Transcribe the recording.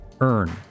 earn